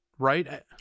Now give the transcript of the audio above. Right